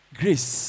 grace